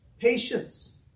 Patience